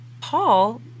Paul